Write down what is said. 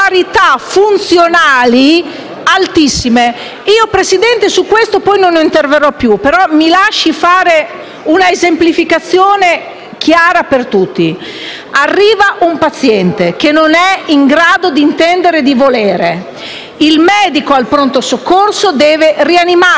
una esemplificazione chiara per tutti. Arriva un paziente che non è in grado d'intendere e di volere; il medico al pronto soccorso deve rianimarlo, perché la deontologia medica è la rianimazione, ossia fare tutto per salvare la vita alla persona.